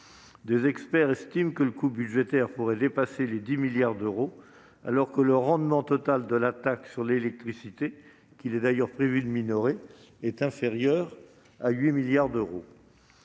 Des experts estiment que son coût budgétaire pourrait dépasser 10 milliards d'euros quand le rendement total de la taxe sur l'électricité, qu'il est d'ailleurs prévu de minorer, est inférieur à 8 milliards d'euros